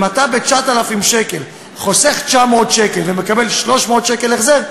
אם אתה ב-9,000 שקל חוסך 900 שקל ומקבל 300 שקל החזר,